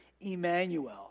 Emmanuel